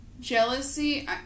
jealousy